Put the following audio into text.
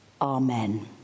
Amen